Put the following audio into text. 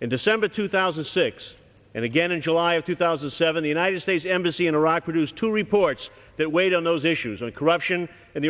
in december two thousand and six and again in july of two thousand and seven the united states embassy in iraq produced two reports that weighed on those issues and corruption and